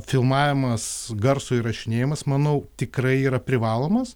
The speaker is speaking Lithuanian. filmavimas garso įrašinėjimas manau tikrai yra privalomas